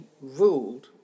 ruled